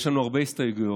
יש לנו הרבה הסתייגויות,